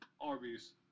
Arby's